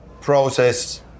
process